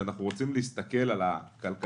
שאנחנו רוצים להסתכל כולנו על הכלכלה,